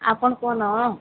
ଆପଣ